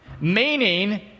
meaning